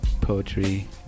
poetry